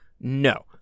No